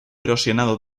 erosionado